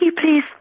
please